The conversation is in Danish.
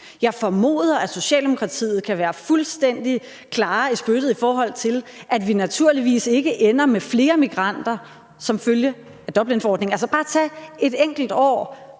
Jeg formoder, at Socialdemokratiet kan være fuldstændig klare i spyttet, i forhold til at vi naturligvis ikke ender med flere migranter som følge af Dublinforordningen. Altså, tage bare et enkelt år,